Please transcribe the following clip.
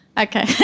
Okay